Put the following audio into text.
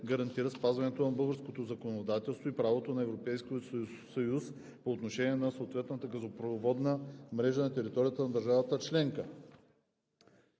гарантира спазването на българското законодателство и правото на Европейския съюз по отношение на съответната газопроводна мрежа на територията на държавите членки.“